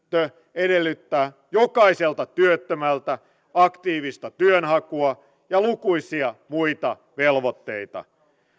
edellyttää jokaiselta työttömältä aktiivista työnhakua ja lukuisia muita velvoitteita